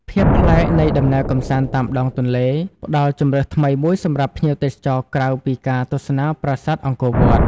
ភាពប្លែកនៃដំណើរកម្សាន្តតាមដងទន្លេ ផ្តល់ជម្រើសថ្មីមួយសម្រាប់ភ្ញៀវទេសចរក្រៅពីការទស្សនាប្រាសាទអង្គរវត្ត។